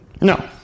No